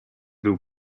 był